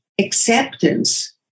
acceptance